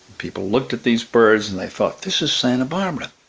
people looked at these birds and they thought, this is santa barbara